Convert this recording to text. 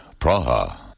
Praha